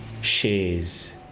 shares